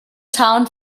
town